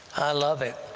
love it!